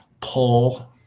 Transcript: pull